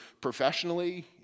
professionally